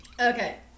Okay